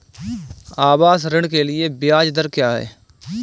आवास ऋण के लिए ब्याज दर क्या हैं?